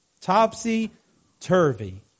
Topsy-turvy